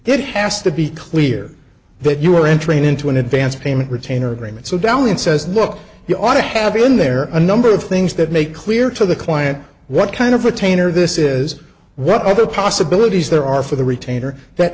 it has to be clear that you are entering into an advance payment retainer agreement so dalliance says look you ought to have been there a number of things that make clear to the client what kind of retainer this is what other possibilities there are for the retainer that